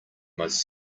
most